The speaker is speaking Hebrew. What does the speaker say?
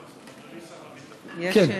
כן.